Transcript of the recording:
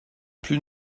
plus